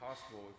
possible